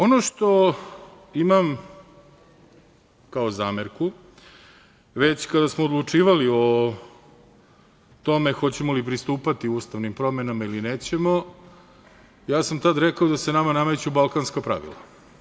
Ono što imam kao zamerku, već kada smo odlučivali o tome hoćemo li pristupati ustavnim promenama ili nećemo, ja sam tad rekao da se nama nameću balkanska pravila.